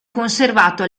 conservato